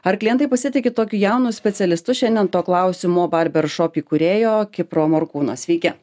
ar klientai pasitiki tokiu jaunu specialistu šiandien to klausiu mo barber shop įkūrėjo kipro morkūno sveiki